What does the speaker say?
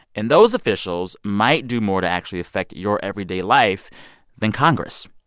and those officials might do more to actually affect your everyday life than congress.